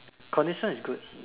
condition is good